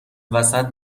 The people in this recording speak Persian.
وسط